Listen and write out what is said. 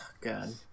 God